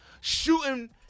shooting